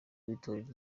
w’itorero